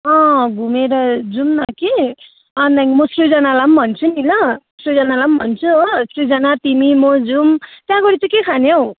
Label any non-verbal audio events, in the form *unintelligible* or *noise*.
घुमेर जाऊँ न कि *unintelligible* म सृजनालाई भन्छु नि ल सृजनालाई भन्छु हो सृजना तिमी म जाऊँ त्यहाँ गएर चाहिँ के खाने हो